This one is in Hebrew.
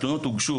התלונות הוגשו